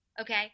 Okay